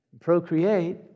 procreate